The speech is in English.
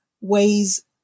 ways